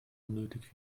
unnötig